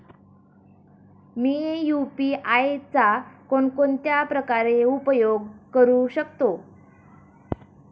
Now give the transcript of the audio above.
मी UPI चा कोणकोणत्या प्रकारे उपयोग करू शकतो?